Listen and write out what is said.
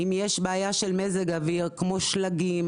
אם יש בעיה של מזג אוויר כמו שלג,